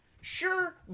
Sure